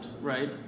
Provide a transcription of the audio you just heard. right